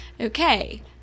okay